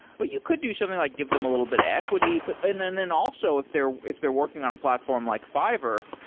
but you could do something like, give them a little bit equity. but and then then also if they're if they're working on a platform like fiverr,